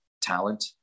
talent